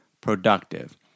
productive